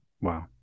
Wow